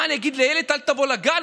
מה, אני אגיד לילד: אל תבוא לגן?